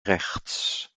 rechts